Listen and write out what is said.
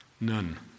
None